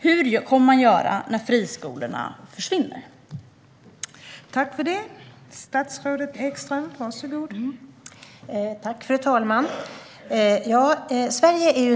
Hur kommer man att göra när friskolorna försvinner?